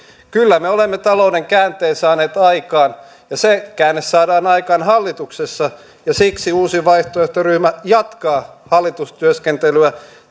kyllä me olemme talouden käänteen saaneet aikaan ja se käänne saadaan aikaan hallituksessa siksi uusi vaihtoehto ryhmä jatkaa hallitustyöskentelyä